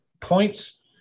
points